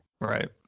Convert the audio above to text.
Right